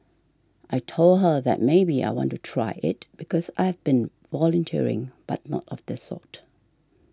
I told her that maybe I want to try it because I've been volunteering but not of this sort